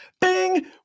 bing